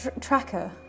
Tracker